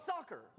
soccer